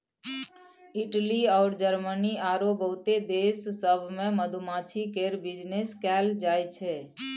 Italy अउर Germany आरो बहुते देश सब मे मधुमाछी केर बिजनेस कएल जाइ छै